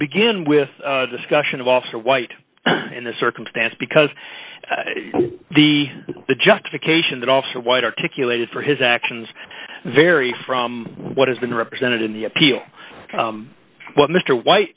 begin with a discussion of officer white in this circumstance because the the justification that officer white articulated for his actions vary from what has been represented in the appeal of what mr white